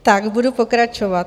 Tak budu pokračovat.